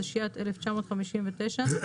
התשי"ט-1959,